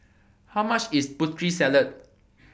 How much IS Putri Salad